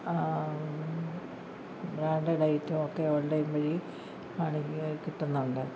branded item ഒക്കെ online വഴി ആണെങ്കിലും കിട്ടുന്നുണ്ട്